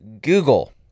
Google